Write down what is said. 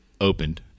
opened